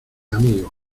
amigos